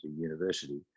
university